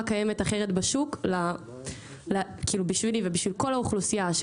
קיימת אחרת בשוק בשבילי ובשביל כל האוכלוסייה,